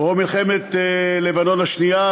או מלחמת לבנון השנייה,